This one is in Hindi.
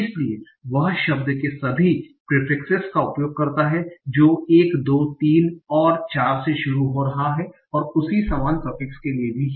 इसलिए वह शब्द के सभी प्रीफिक्ससेस का उपयोग करता हैं जो 1 2 3 और 4 से शुरू कर रहा है और उसी समान सफिक्स के लिए भी हैं